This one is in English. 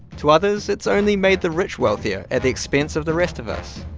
to others, it's only made the rich wealthier at the expense of the rest of us.